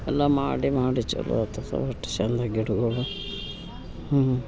ಎಲ್ಲ ಮಾಡಿ ಮಾಡಿ ಚಲೋ ಅತ್ತದ ಒಟ್ಟು ಚಂದ ಗಿಡಗೊಳು ಹ್ಞೂ